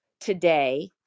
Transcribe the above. today